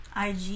IG